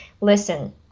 Listen